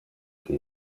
que